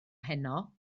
heno